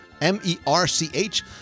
M-E-R-C-H